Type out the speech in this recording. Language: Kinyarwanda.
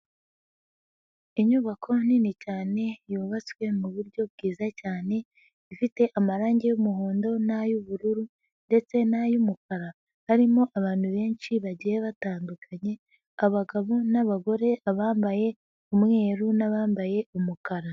Inyubako nini cyane yubatswe mu buryo bwiza cyane ifite amarangi y'umuhondo n'ay'ubururu ndetse n'ay'umukara harimo abantu benshi bagiye batandukanye abagabo n'abagore, bambaye umweru n'abambaye umukara.